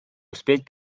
успеть